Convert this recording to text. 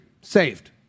Saved